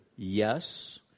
Yes